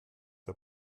der